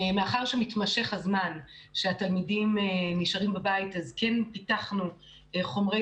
מאחר שמתמשך הזמן שהתלמידים נשארים בבית אז כן פיתחנו חומרי